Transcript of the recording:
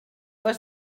has